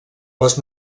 les